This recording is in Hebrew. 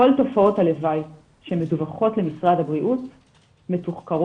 כל תופעות הלוואי שמדווחות למשרד הבריאות מתוחקרות